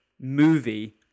movie